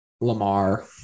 Lamar